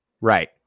Right